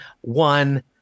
one